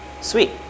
Sweet